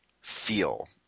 feel